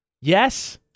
Yes